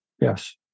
Yes